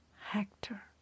Hector